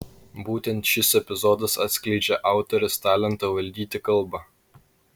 būtent šis epizodas atskleidžią autorės talentą valdyti kalbą